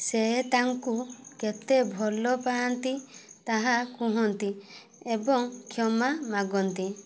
ସେ ତାଙ୍କୁ କେତେ ଭଲ ପାଆନ୍ତି ତାହା କୁହନ୍ତି ଏବଂ କ୍ଷମା ମାଗନ୍ତି